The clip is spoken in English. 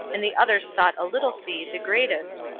and the others thought a little sea, the greatest,